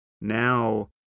now